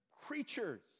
creatures